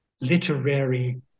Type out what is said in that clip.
literary